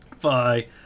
Bye